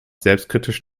selbstkritisch